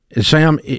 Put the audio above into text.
Sam